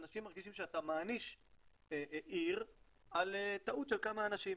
אנשים מרגישים שאתה מעניש עיר על טעות של כמה אנשים.